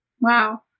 wow